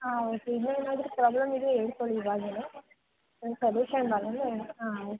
ಹಾಂ ಓಕೆ ಇನ್ನೂ ಏನಾದರೂ ಪ್ರಾಬ್ಲಮ್ ಇದ್ದರೆ ಹೇಳಿಕೊಳ್ಳಿ ಈವಾಗಲೇನೆ ನಿಮ್ಮ ಸೊಲ್ಯೂಷನ್ ಮನೆಯಲ್ಲೇ ಹಾಂ ಓಕೆ